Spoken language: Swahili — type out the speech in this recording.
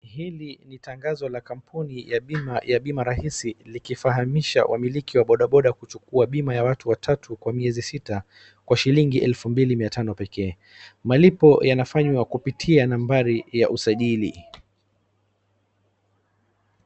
Hili ni tangazo la kampuni ya bima ya bima rahisi, likifahamisha wamiliki wa bodaboda kuchukua bima ya watu tatu kwa miezi sita kwa shilingi elfu mbili mia tano pekee. Malipo yanafanywa kupitia nambari ya usajili.